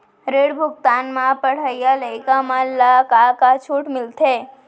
ऋण भुगतान म पढ़इया लइका मन ला का का छूट मिलथे?